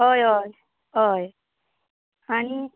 हय हय हय आनी